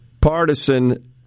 partisan